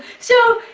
so,